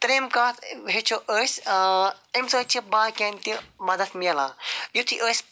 ترٛیٚیِم کتھ ہیٚچھو أسۍ اَمہِ سۭتۍ چھِ باقیَن تہِ مَدَد مِلان یُتھُے أسۍ